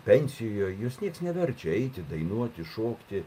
pensijoje juos niekas neverčia eiti dainuoti šokti